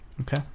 Okay